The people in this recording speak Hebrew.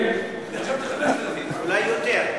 אני חשבתי 5,000. אולי יותר.